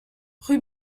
rue